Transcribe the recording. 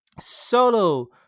solo